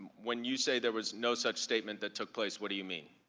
when you say there was no such statement that took place, what do you mean?